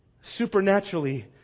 supernaturally